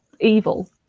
evil